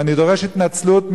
ואני דורש התנצלות.